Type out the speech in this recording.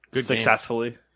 Successfully